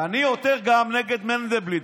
ואני עותר גם נגד מנדלבליט.